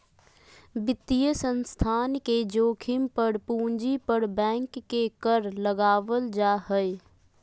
वित्तीय संस्थान के जोखिम पर पूंजी पर बैंक के कर लगावल जा हय